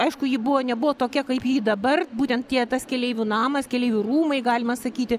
aišku ji buvo nebuvo tokia kaip ji dabar būtent tie tas keleivių namas keleivių rūmai galima sakyti